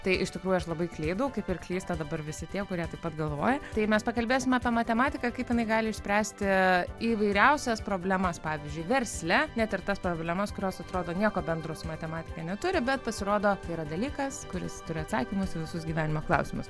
tai iš tikrųjų aš labai klydau kaip ir klysta dabar visi tie kurie taip pat galvoja tai mes pakalbėsime apie matematiką kaip jinai gali išspręsti įvairiausias problemas pavyzdžiui versle net ir tas problemas kurios atrodo nieko bendro su matematika neturi bet pasirodo yra dalykas kuris turi atsakymus į visus gyvenimo klausimus